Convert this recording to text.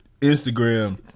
Instagram